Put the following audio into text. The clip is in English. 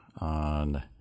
on